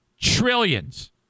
trillions